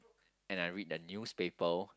and I read the newspaper